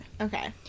okay